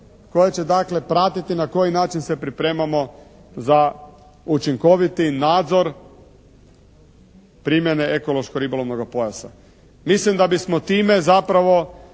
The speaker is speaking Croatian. dakle pratiti na koji način se pripremamo za učinkoviti nadzor primjene ekološko-ribolovnoga pojasa. Mislim da bismo time zapravo